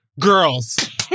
girls